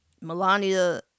melania